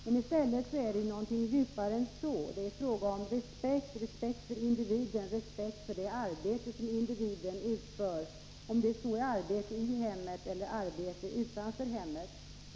Men i stället är det fråga om något djupare än så. Det är fråga om respekt för individen, respekt för det arbete som individen utför — om det nu gäller arbete i hemmet eller arbete utanför hemmet.